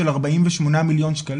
של 48 מיליון שקלים?